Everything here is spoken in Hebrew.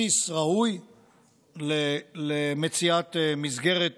בסיס ראוי למציאת מסגרת